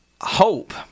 hope